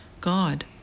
God